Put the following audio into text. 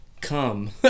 come